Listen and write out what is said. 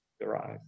derive